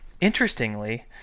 Interestingly